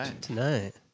Tonight